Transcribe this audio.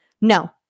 No